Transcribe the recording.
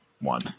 one